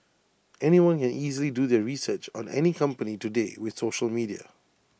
anyone can easily do their research on any company today with social media